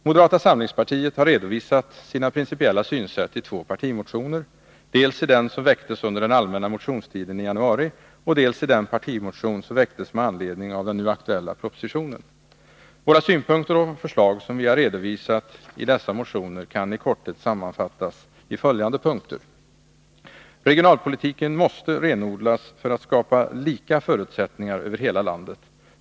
Moderata samlingspartiet har redovisat detta principiella synsätt i två partimotioner — dels i den som väcktes under den allmänna motionstiden i januari, delsi den partimotion som väcktes med anledning av den nu aktuella propositionen. De synpunkter och förslag som vi i anslutning till våra principiella resonemang har redovisat kan kort sammanfattas i följande punkter. Regionalpolitiken måste renodlas för att skapa lika förutsättningar över hela landet.